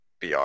br